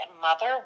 mother